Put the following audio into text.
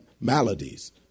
maladies